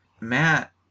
Matt